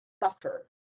buffer